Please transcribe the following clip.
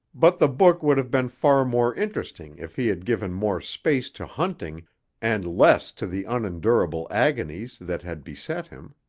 but the book would have been far more interesting if he had given more space to hunting and less to the unendurable agonies that had beset him.